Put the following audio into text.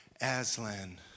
Aslan